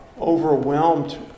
overwhelmed